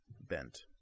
bent